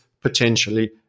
potentially